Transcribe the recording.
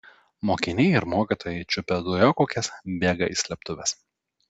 mokiniai ir mokytojai čiupę dujokaukes bėga į slėptuves